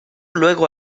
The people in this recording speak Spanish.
luego